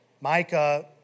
Micah